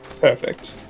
perfect